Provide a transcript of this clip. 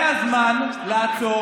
זה הזמן לעצור,